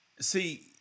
See